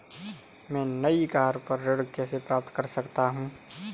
मैं नई कार पर ऋण कैसे प्राप्त कर सकता हूँ?